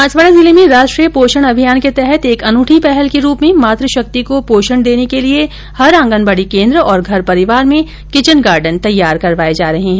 बांसवाड़ा जिले में राष्ट्रीय पोषण अभियान के तहत एक अनूठी पहल के रुप में मातृशक्ति को पोषण देने के लिए हर आंगनवाडी केन्द्र और घर परिवार में किचन गार्डन तैयार करवाएं जा रहे हैं